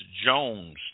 Jones